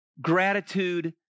Gratitude